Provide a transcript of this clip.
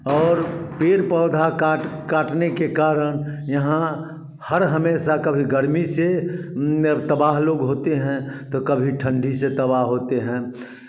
और पेड़ पौधा काट काटने के कारण यहाँ हर हमेसा कभी गर्मी से तबाह लोग होते हैं तो कभी ठंडी से तबाह होते हैं